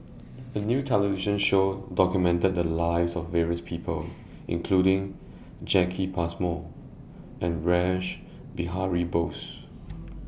A New television Show documented The Lives of various People including Jacki Passmore and Rash Behari Bose